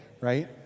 Right